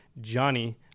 Johnny